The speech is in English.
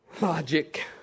logic